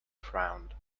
frowned